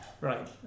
Right